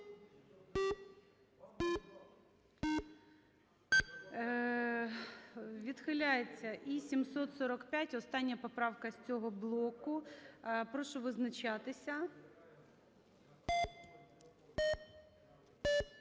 Відхиляється. І остання поправка з цього блоку – 762. Прошу визначатися.